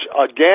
again